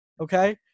okay